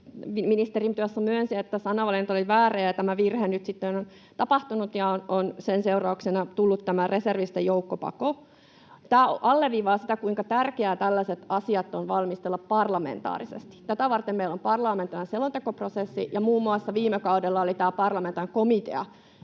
ministeri tuossa myönsi, sanavalinta oli väärä ja tämä virhe nyt sitten on tapahtunut ja on sen seurauksena tullut tämä joukkopako reservistä. Tämä alleviivaa sitä, kuinka tärkeää tällaiset asiat on valmistella parlamentaarisesti. Tätä varten meillä on parlamentaarinen selontekoprosessi ja muun muassa viime kaudella oli parlamentaarinen komitea,